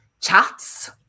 chats